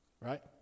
Right